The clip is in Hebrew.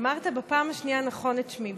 אמרת בפעם השנייה נכון את שמי.